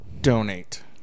donate